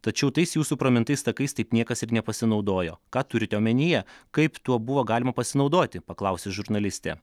tačiau tais jūsų pramintais takais taip niekas ir nepasinaudojo ką turite omenyje kaip tuo buvo galima pasinaudoti paklausė žurnalistė